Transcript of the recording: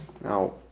Now